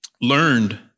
learned